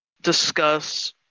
discuss